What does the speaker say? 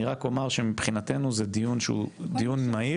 אני רק אומר שמבחינתנו, זה דיון שהוא דיון מהיר.